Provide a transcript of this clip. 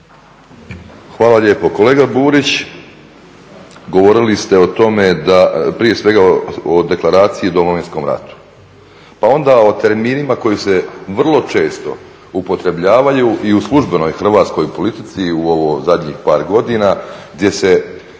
Hvala lijepo. Kolega Burić, govorili ste o tome, prije svega o Deklaraciji o Domovinskom ratu, pa onda o terminima koji se vrlo često upotrebljavaju i u službenoj hrvatskoj politici i u ovo zadnjih par godina, gdje se